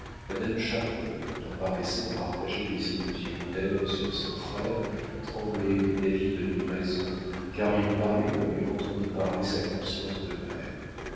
madame chardon tout en paraissant partager les illusions d'ève sur son frère tremblait que david n'eût raison car il parlait comme elle entendait parler sa conscience de mère